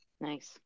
Nice